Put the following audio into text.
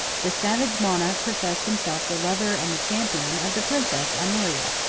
the savage monarch professed himself the lover and the champion of the princess honoria.